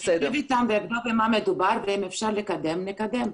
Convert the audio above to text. אני אשב איתם ואבדוק במה מדובר ואם אפשר לקדם נקדם.